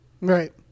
Right